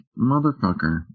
motherfucker